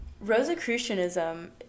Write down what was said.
Rosicrucianism